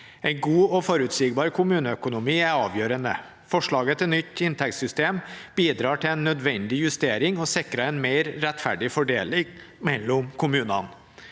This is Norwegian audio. En god og forutsigbar kommuneøkonomi er avgjørende. Forslaget til nytt inntektssystem bidrar til en nødvendig justering og sikrer en mer rettferdig fordeling mellom kommunene.